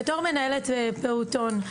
בתור מנהלת פעוטון,